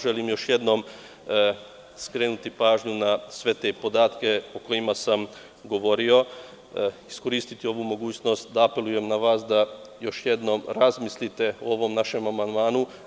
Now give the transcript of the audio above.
Želim još jednom skrenuti pažnju na sve te podatke o kojima sam govorio i iskoristio bih ovu mogućnost da apelujem na vas da još jednom razmislite o ovom našem amandmanu.